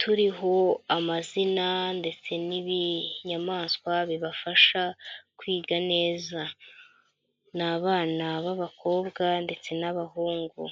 turiho amazina ndetse n'ibyamaswa bibafasha kwiga neza, n'abana b'abakobwa ndetse n'abahungu.